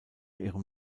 ihrem